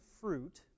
fruit